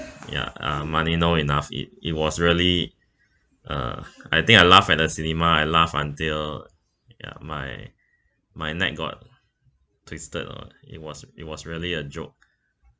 ya uh money no enough eat it was really uh I think I laugh at the cinema I laugh until ya my my neck got twisted lah it was it was really a joke